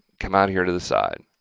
come out here to the side,